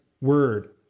word